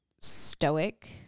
stoic